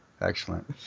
excellent